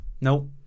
Nope